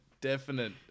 definite